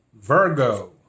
Virgo